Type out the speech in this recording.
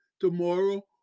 tomorrow